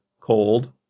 cold